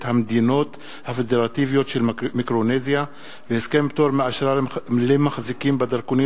המדינות הפדרטיביות של מיקרונזיה והסכם פטור מאשרה למחזיקים בדרכונים